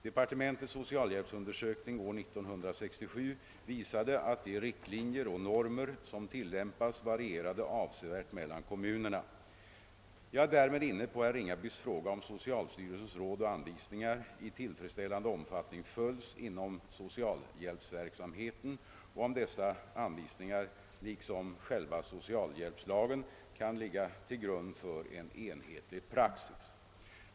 De partementets socialhjälpsundersökning år 1967 visade att de riktlinjer och normer som tillämpas varierade avsevärt mellan kommunerna. Jag är därmed inne på herr Ringabys fråga huruvida socialstyrelsens Råd och anvisningar i tillfredsställande omfattning följs inom socialhjälpsverksamheten och om dessa anvisningar liksom själva socialhjälpslagen kan ligga till grund för en enhetlig praxis.